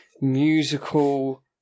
musical